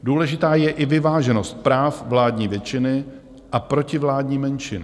Důležitá je i vyváženost práv vládní většiny a protivládní menšiny.